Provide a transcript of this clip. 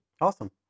Awesome